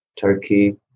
Turkey